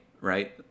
right